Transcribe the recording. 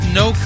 no